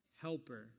helper